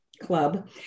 club